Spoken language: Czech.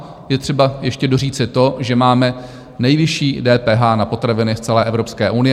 A je třeba ještě doříci to, že máme nejvyšší DPH na potraviny z celé Evropské unie.